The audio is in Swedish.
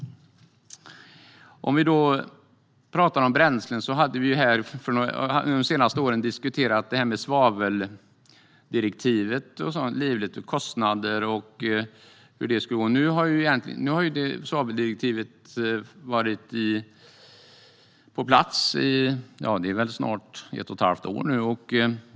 När det gäller bränslen har vi de senaste åren livligt diskuterat svaveldirektivet, kostnader och hur det slår. Nu har svaveldirektivet varit på plats i snart ett och ett halvt år.